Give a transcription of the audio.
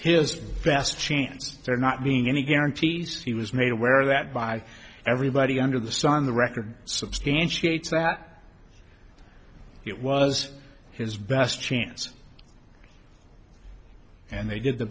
are not being any guarantees he was made aware that by everybody under the sun the record substantiates that it was his best chance and they did the